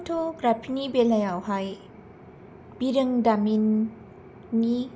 फट'ग्राफिनि बेलायावहाय बिरोंदामिननि